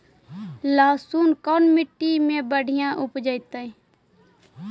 लहसुन कोन मट्टी मे बढ़िया उपजतै?